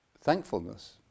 thankfulness